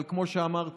אבל כמו שאמרתי,